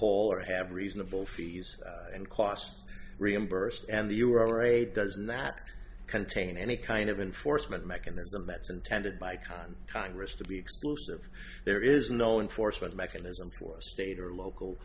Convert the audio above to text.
whole or have reasonable fees and costs reimbursed and the you are a does not contain any kind of enforcement mechanism that's intended by con congress to be exclusive there is no enforcement mechanism for a state or local